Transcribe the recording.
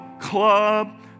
club